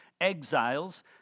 exiles